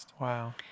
Wow